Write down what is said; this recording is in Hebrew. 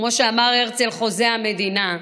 וכמו שאמר הרצל, חוזה המדינה: